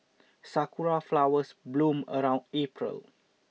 sakura flowers bloom around April